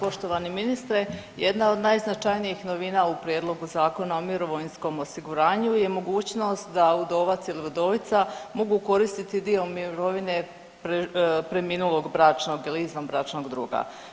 Poštovani ministre, jedna od najznačajnijih novina u prijedlogu Zakona o mirovinskom osiguranju je mogućnost da udovac ili udovica mogu koristiti dio mirovine preminulog bračnog ili izvanbračnog druga.